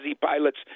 pilots